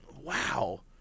wow